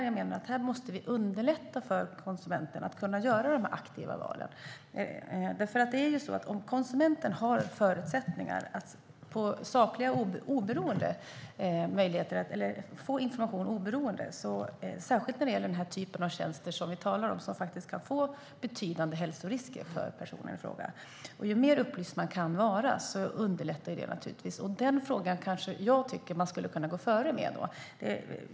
Jag menar att vi måste underlätta för konsumenten att göra de aktiva valen. Om konsumenten har förutsättningar för att få saklig och oberoende information underlättar det naturligtvis, särskilt när det gäller den typ av tjänster vi talar om som kan innebära betydande hälsorisker. Ju mer upplysta konsumenterna kan vara desto mer underlättar det, och den frågan kanske jag tycker att man skulle kunna gå före med.